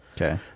Okay